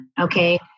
Okay